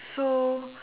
so